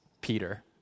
Peter